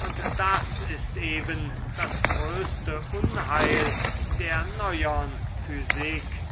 und das ist eben das größte unheil der neuern physik